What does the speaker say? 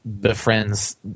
befriends